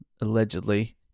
allegedly